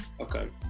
Okay